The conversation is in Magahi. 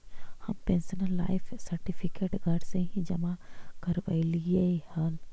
हम पेंशनर लाइफ सर्टिफिकेट घर से ही जमा करवइलिअइ हल